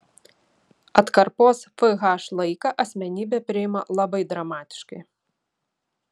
atkarpos fh laiką asmenybė priima labai dramatiškai